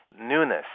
newness